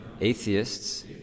Atheists